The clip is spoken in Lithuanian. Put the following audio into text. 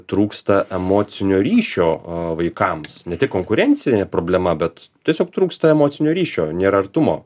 trūksta emocinio ryšio o vaikams ne tik konkurencinė problema bet tiesiog trūksta emocinio ryšio nėra artumo